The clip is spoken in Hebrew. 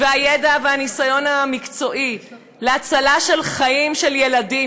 והידע והניסיון המקצועי להצלה של חיים של ילדים,